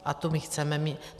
A tu my chceme mít.